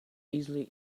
easily